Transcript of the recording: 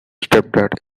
stepdad